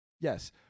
Yes